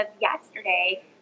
yesterday